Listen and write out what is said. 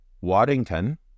Waddington